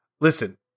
listen